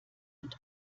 und